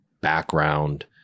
background